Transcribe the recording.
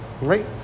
Right